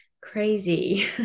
crazy